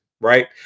Right